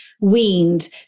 weaned